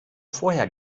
vorher